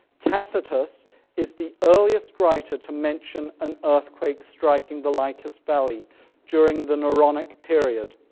tacitus is the earliest writer to mention an earthquake striking the lycus valley during the neronic period.